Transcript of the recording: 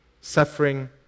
suffering